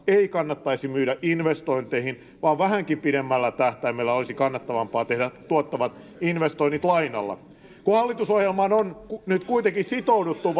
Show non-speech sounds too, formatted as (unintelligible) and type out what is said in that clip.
(unintelligible) ei kannattaisi myydä investointeihin vaan vähänkin pidemmällä tähtäimellä olisi kannattavampaa tehdä tuottavat investoinnit lainalla kun hallitusohjelmassa on nyt kuitenkin sitouduttu (unintelligible)